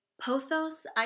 pothos